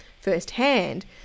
firsthand